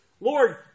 Lord